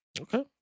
Okay